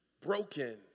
broken